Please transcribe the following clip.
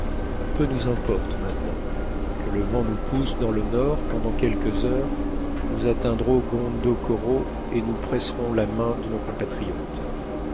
peu nous importe maintenant que le vent nous pousse dans le nord pendant quelques heures nous atteindrons gondokoro et nous presserons la main de nos compatriotes